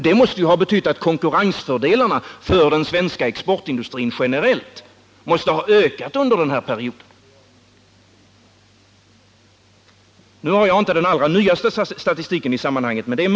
Det måste ha betytt att konkurrensfördelarna för den svenska exportindustrin generellt sett har ökat under den här perioden. Nu har jag inte den allra nyaste statistiken i sammanhanget tillgänglig.